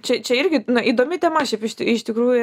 čia čia irgi na įdomi tema šiaip iš iš tikrųjų